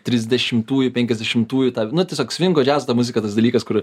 trisdešimtųjų penkiasdešimtųjų tą nu tiesiog svingo džiazo tą muziką tas dalykas kur